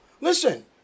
listen